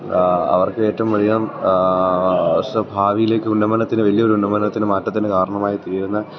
അവർക്ക് ഏറ്റവും അധികം ഭാവിയിലേക്ക് ഉന്നമനത്തിന് വലിയൊരു ഉന്നമനത്തിന് മാറ്റത്തിന് കാരണമായി തീരുന്ന